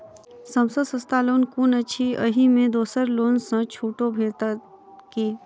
सब सँ सस्ता लोन कुन अछि अहि मे दोसर लोन सँ छुटो भेटत की?